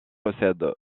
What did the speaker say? possède